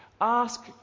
Ask